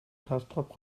castrop